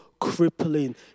crippling